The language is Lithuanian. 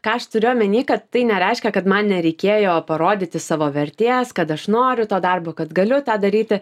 ką aš turiu omeny kad tai nereiškia kad man nereikėjo parodyti savo vertės kad aš noriu to darbo kad galiu tą daryti